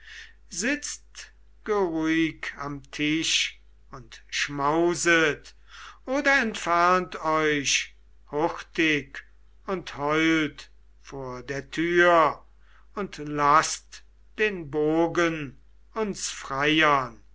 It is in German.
sitzt geruhig am tisch und schmauset oder entfernt euch hurtig und heult vor der tür und laßt den bogen uns freiern